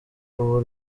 uba